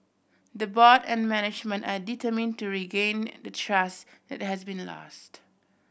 the board and management are determine to regain and the trust that has been lost